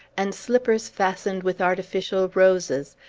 and slippers fastened with artificial roses,